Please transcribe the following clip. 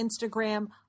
Instagram